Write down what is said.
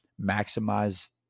maximize